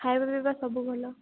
ଖାଇବା ପିଇବା ସବୁ ଭଲ